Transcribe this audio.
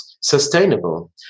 sustainable